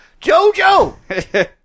JoJo